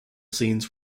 scenes